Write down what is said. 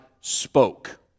spoke